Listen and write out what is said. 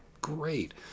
great